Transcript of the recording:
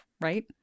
right